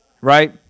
right